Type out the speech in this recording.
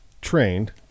trained